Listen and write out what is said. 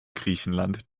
griechenland